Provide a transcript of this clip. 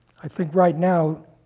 i think right now,